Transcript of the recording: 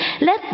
let